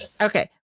okay